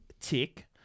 tick